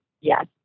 yes